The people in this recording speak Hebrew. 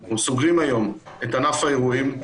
או סוגרים היום את ענף האירועים.